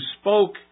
spoke